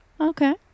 Okay